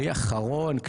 כלי אחרון,